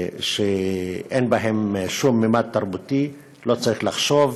שאין בהם שום ממד תרבותי, לא צריך לחשוב,